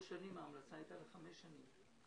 שלוש שנים, ההמלצה הייתה לחמש שנים.